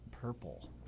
purple